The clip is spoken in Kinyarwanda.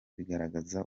bigaragaza